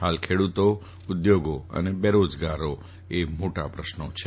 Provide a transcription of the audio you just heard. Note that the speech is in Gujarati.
હાલ ખેડૂતો ઉદ્યોગો અને બેરોજગારી એ મોટા પ્રશ્નો છે